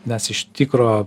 mes iš tikro